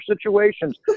situations